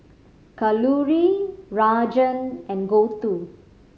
Kalluri Rajan and Gouthu